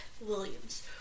Williams